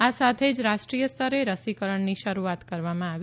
આ સાથે જ રાષ્ટ્રીય સ્તરે રસીકરણની શરૂઆત કરવામાં આવી